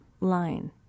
line